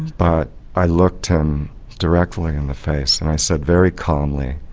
but i looked him directly in the face and i said, very calmly,